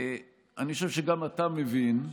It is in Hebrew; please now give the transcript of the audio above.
אני חושב שגם אתה מבין,